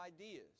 ideas